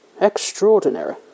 Extraordinary